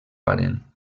paren